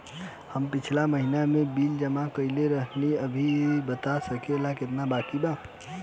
हम पिछला महीना में बिल जमा कइले रनि अभी बता सकेला केतना बाकि बा?